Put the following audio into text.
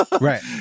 Right